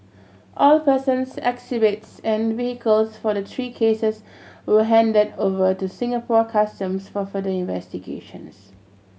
all persons exhibits and vehicles for the three cases were handed over to Singapore Customs for further investigations